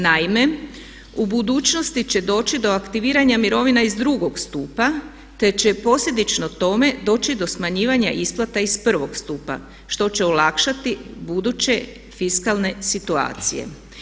Naime, u budućnosti će doći do aktiviranja mirovina iz 2. stupa te će posljedično tome doći do smanjivanja isplata iz 1. stupa što će olakšati buduće fiskalne situacije.